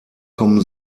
kommen